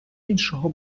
іншого